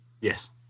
Yes